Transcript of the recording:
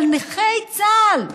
אבל נכי צה"ל,